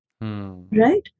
right